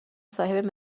صاحب